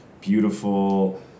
Beautiful